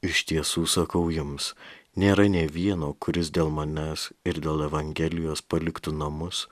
iš tiesų sakau jums nėra nė vieno kuris dėl manęs ir dėl evangelijos paliktų namus